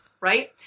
Right